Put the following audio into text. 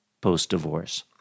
post-divorce